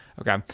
Okay